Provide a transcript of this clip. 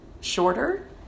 shorter